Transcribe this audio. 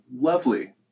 lovely